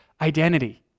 identity